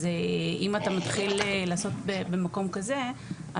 אז אם אתה מתחיל לעשות במקום כזה,